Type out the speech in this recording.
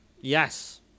Yes